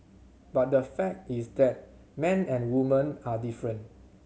but the fact is that men and women are different